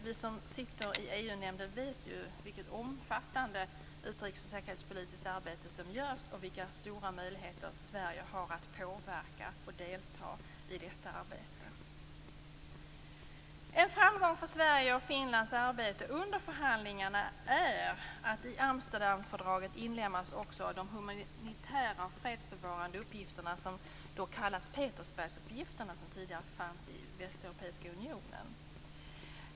Vi som sitter i EU-nämnden vet vilket omfattande utrikes och säkerhetspolitiskt arbete som utförs och vilka stora möjligheter Sverige har att påverka och delta i detta arbete. En framgång för Sveriges och Finlands arbete under förhandlingarna är att i Amsterdamfördraget också inlemmas de humanitära och fredsbevarande uppgifter som kallas Petersbergsuppgifterna. Dessa fanns tidigare inte i Västeuropeiska unionen.